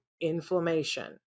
inflammation